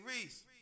Reese